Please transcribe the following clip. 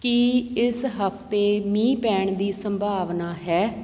ਕੀ ਇਸ ਹਫ਼ਤੇ ਮੀਂਹ ਪੈਣ ਦੀ ਸੰਭਾਵਨਾ ਹੈ